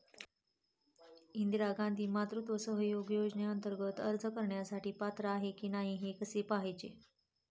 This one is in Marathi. इंदिरा गांधी मातृत्व सहयोग योजनेअंतर्गत अर्ज करण्यासाठी पात्र आहे की नाही हे कसे पाहायचे?